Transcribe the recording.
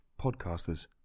podcasters